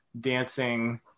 dancing